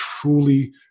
truly